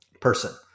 person